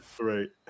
Right